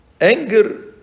anger